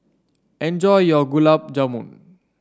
enjoy your Gulab Jamun